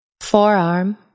forearm